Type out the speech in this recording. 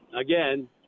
Again